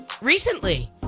recently